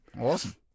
Awesome